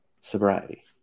sobriety